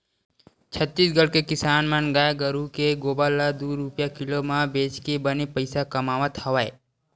छत्तीसगढ़ के किसान मन गाय गरूवय के गोबर ल दू रूपिया किलो म बेचके बने पइसा कमावत हवय